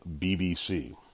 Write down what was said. BBC